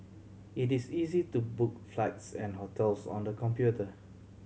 it is easy to book flights and hotels on the computer